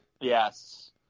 yes